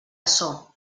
açò